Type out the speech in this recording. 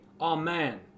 amen